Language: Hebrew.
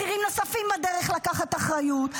בכירים נוספים בדרך לקחו אחריות.